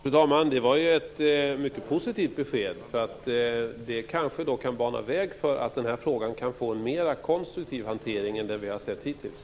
Fru talman! Det var ett mycket positivt besked. Det kanske kan bana väg för att frågan kan få en mer konstruktiv hantering än den vi har sett hittills.